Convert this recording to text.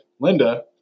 Linda